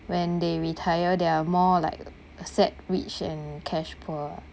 when they retire they are more like asset rich and cash poor